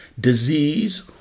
disease